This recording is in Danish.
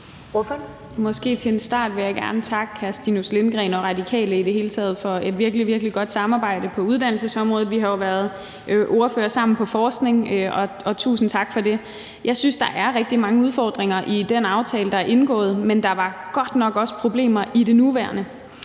vil til en start gerne takke hr. Stinus Lindgreen og Radikale i det hele taget for et virkelig, virkelig godt samarbejde på uddannelsesområdet. Vi har jo været ordførere sammen på forskningsområdet, og tusind tak for det. Jeg synes, der er rigtig mange udfordringer i den aftale, der er indgået, men der var godt nok også problemer i det nuværende